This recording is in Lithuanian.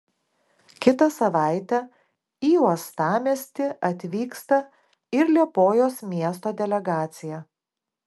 kitą savaitę į uostamiestį atvyksta ir liepojos miesto delegacija